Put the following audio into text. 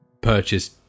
purchase